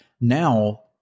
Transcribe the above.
now